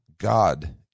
God